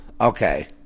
okay